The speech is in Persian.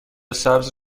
سبز